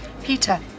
Peter